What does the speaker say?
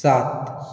सात